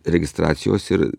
registracijos ir